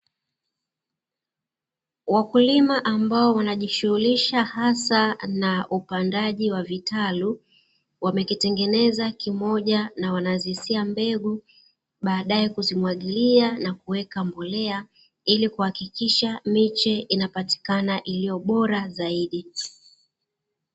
wakulima ambao wanajishuhulisha hasa na upandaji wa vitalu, wamekitengeneza kimoja na wanazihisia mbegu baadae kuzimwagilia na kuweka mbolea ilikuhakikisha miche inapatikana iliyobora zaidi.